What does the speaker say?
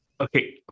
okay